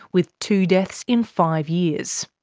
with two deaths in five years?